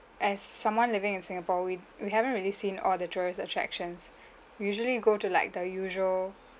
as someone living in singapore we we haven't really seen all the tourist attractions we usually go to like the usual